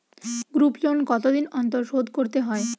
Group loan কতদিন অন্তর শোধকরতে হয়?